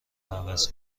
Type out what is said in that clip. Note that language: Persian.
عوض